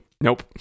Nope